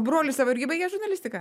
brolis tavo irgi baigė žurnalistiką